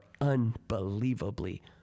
unbelievably